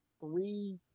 three